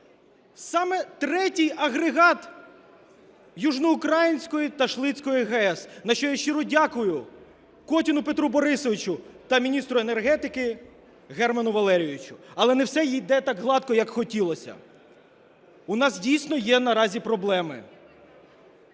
саме третій агрегат Южноукраїнської Ташлицької ГАЕС, за що я щиро дякую Котіну Петру Борисовичу та міністру енергетики Герману Валерійовичу. Але не все йде так гладко, як хотілося, у нас дійсно є наразі проблеми.